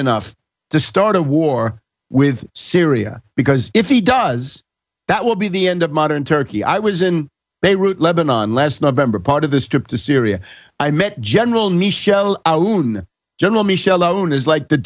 enough to start a war with syria because if he does that will be the end of modern turkey i was in beirut lebanon last november part of this trip to syria i met general nischelle a loon general michel aoun is like the